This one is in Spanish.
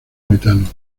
metano